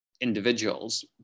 individuals